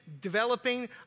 developing